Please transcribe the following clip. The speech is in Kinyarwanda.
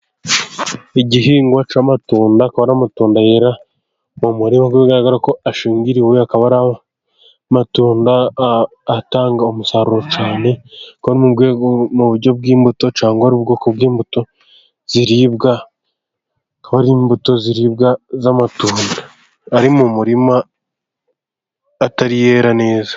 Igihingwa cy'amatunda akaba n'amatunda yera aruko ashingiriwe, akaba ari amatunda atanga umusaruro cyane mu buryo bw'imbuto cyane ari ubwoko bw'imbuto ziribwa ko ari imbuto ziribwa z'amatunda ari mu murima atari yera neza.